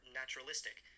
naturalistic